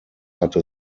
hatte